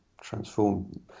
transform